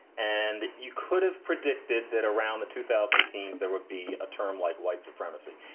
and you could have predicted that around the two thousand teens there would be a term like white supremacy.